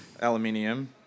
aluminium